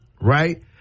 right